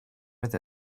with